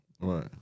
Right